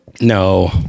no